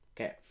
Okay